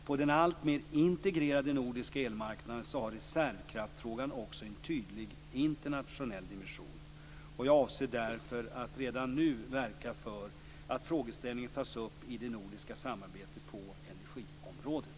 På den alltmer integrerade nordiska elmarknaden har reservkraftsfrågan också en tydlig internationell dimension. Jag avser därför att redan nu verka för att frågeställningen tas upp i det nordiska samarbetet på energiområdet.